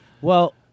Well-